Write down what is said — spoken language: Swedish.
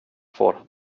får